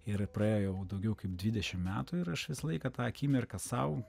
ir praėjo jau daugiau kaip dvidešim metų ir aš visą laiką tą akimirką sau